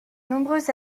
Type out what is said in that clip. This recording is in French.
nombreux